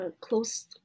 close